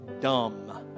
dumb